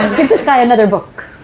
get this guy another book.